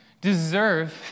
deserve